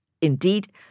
Indeed